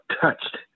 touched